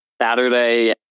Saturday